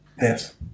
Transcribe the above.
yes